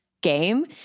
game